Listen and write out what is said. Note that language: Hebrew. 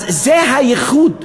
אז זה הייחוד.